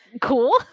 cool